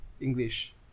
English